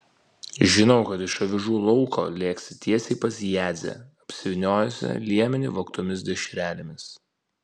žinau kad iš avižų lauko lėksi tiesiai pas jadzę apsivyniojusią liemenį vogtomis dešrelėmis